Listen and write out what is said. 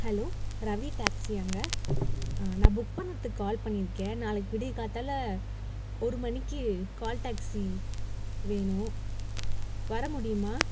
hello Ravi டாக்சியாங்க நான் book பண்ணுறதுக்கு கால் பண்ணியிருக்கேன் நாளைக்கு விடியக்காத்தாலை ஒரு மணிக்கு கால் டாக்சி வேணும் வர முடியுமா